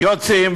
יוצאים,